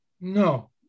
No